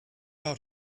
out